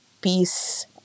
peace